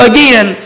Again